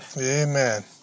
Amen